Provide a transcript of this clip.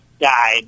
died